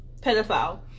pedophile